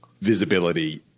visibility